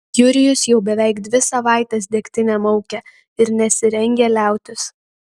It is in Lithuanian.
jurijus jau beveik dvi savaites degtinę maukia ir nesirengia liautis